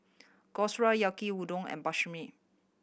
Gyros Yaki Udon and Monsunabe